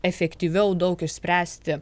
efektyviau daug išspręsti